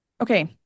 Okay